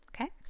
Okay